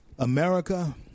America